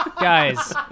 Guys